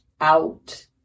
out